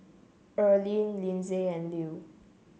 Earline Linsey and Lew